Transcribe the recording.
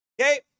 Okay